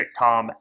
sitcom